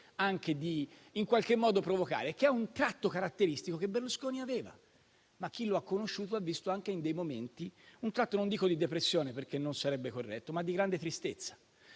qualche modo anche di provocare, che è un tratto caratteristico che Berlusconi aveva. Ma chi lo ha conosciuto, ha visto anche, in alcuni momenti, un tratto, che definisco non di depressione, perché non sarebbe corretto, ma di grande tristezza.